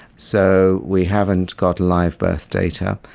so we haven't got live birth data,